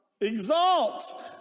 Exalt